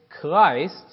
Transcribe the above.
Christ